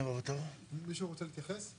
הצבעה אושר התקנות אושרו.